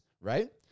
right